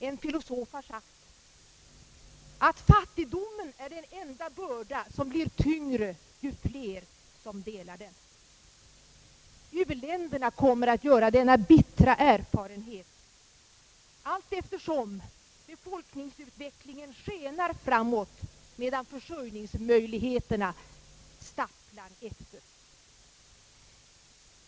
En filosof har sagt att fattigdomen är den enda börda som blir tyngre ju fler som delar den. U-länderna kommer att göra denna bittra erfarenhet allteftersom = befolkningsutvecklingen skenar framåt medan försörjningsmöjligheterna stapplar efter.